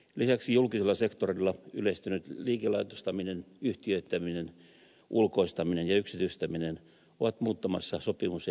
lisäksi julkisella sektorilla yleistynyt liikelaitostaminen yhtiöittäminen ulkoistaminen ja yksityistäminen ovat muuttamassa sopimus ja neuvottelurakenteita